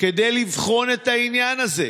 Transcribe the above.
כדי לבחון את העניין הזה.